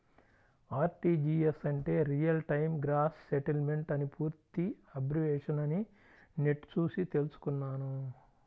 RTGS అంటే real time gross settlement అని పూర్తి అబ్రివేషన్ అని నెట్ చూసి తెల్సుకున్నాను